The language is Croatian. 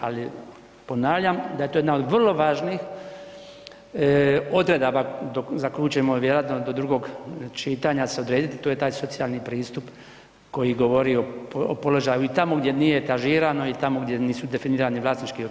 Ali ponavljam da je to jedna od vrlo važnih odredaba za koju ćemo vjerojatno do drugog čitanja se odredit, to je taj socijalni pristup koji govori o položaju i tamo gdje nije etažirano i tamo gdje nisu definirani vlasnički odnosi.